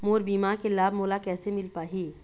मोर बीमा के लाभ मोला कैसे मिल पाही?